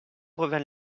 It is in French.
brevin